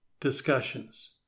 discussions